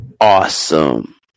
awesome